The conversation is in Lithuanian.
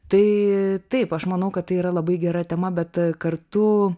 tai taip aš manau kad tai yra labai gera tema bet kartu